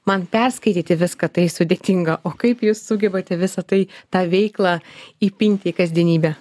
man perskaityti viską tai sudėtinga o kaip jūs sugebate visa tai tą veiklą įpinti į kasdienybę